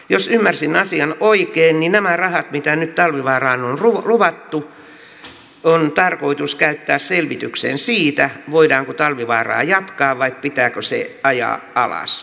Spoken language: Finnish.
jos ymmärsin asian oikein niin nämä rahat mitä nyt talvivaaraan on luvattu on tarkoitus käyttää selvitykseen siitä voidaanko talvivaaraa jatkaa vai pitääkö se ajaa alas